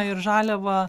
ir žaliavą